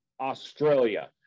Australia